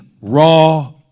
raw